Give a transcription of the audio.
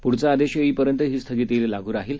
पुढचा आदेश येईपर्यंत ही स्थगिती लागू राहील